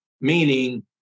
Meaning